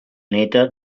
neta